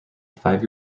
five